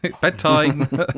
bedtime